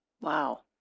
wow